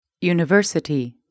university 。